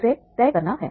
उसे तय करना है